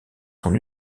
son